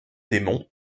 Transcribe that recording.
démons